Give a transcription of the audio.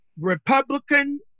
Republican